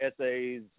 essays